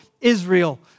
Israel